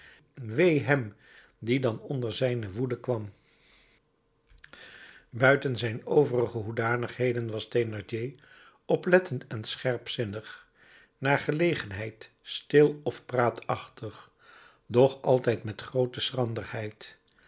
wee hem die dan onder zijne woede kwam buiten zijn overige hoedanigheden was thénardier oplettend en scherpzinnig naar gelegenheid stil of praatachtig doch altijd met groote